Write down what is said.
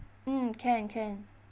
mm can can